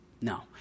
no